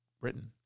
Britain